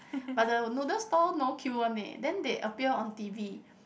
but the noodles no no queue one leh then they appear on T_V